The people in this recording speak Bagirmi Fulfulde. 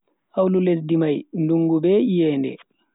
Hawlu lesdi mai dungu be iyende.